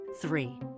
Three